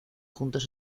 juntos